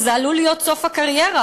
וזה עלול להיות סוף הקריירה.